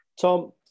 Tom